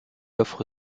offre